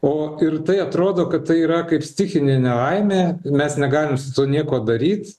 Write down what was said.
o ir tai atrodo kad tai yra kaip stichinė nelaimė mes negalim su tuo nieko daryt